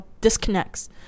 disconnects